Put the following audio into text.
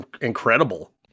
incredible